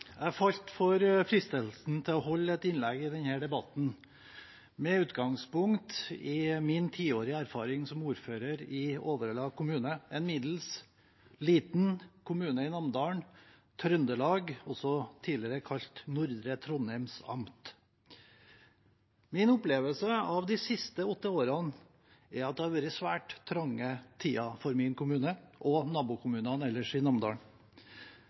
Jeg falt for fristelsen til å holde et innlegg i denne debatten med utgangspunkt i min tiårige erfaring som ordfører i Overhalla kommune, en middels, liten kommune i Namdalen, Nord-Trøndelag – tidligere også kalt Nordre Trondhjems amt. Min opplevelse av de siste åtte årene er at det har vært svært trange tider for min kommune og nabokommunene ellers i Namdalen.